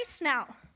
now